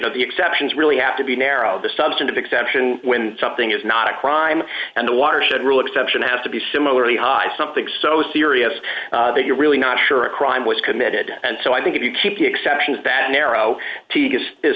know the exceptions really have to be narrow the substantive exception when something is not a crime and the watershed rule exception has to be similarly high something so serious that you're really not sure a crime was committed and so i think if you keep exceptions that narrow t his is